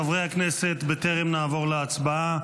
חברי הכנסת, בטרם נעבור להצבעה,